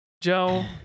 Joe